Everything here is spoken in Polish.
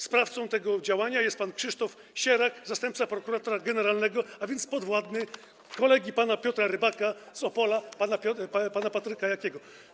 Sprawcą tego działania jest pan Krzysztof Sierak, zastępca prokuratora generalnego, a więc podwładny kolegi pana Piotra Rybaka z Opola - pana Patryka Jakiego.